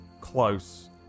close